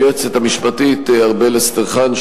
ליועצת המשפטית ארבל אסטרחן,